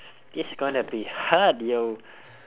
it's gonna be hard yo